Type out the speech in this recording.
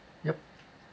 yup